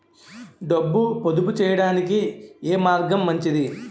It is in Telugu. డబ్బు పొదుపు చేయటానికి ఏ మార్గం మంచిది?